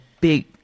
big